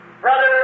Brother